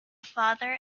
father